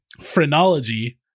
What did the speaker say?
phrenology